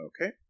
Okay